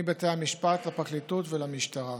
מבתי המשפט לפרקליטות ולמשטרה.